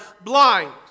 blind